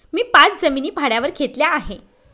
मी पाच जमिनी भाड्यावर घेतल्या आहे